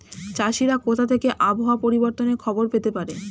চাষিরা কোথা থেকে আবহাওয়া পরিবর্তনের খবর পেতে পারে?